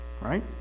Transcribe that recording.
right